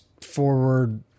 forward